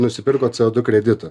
nusipirko co du kreditų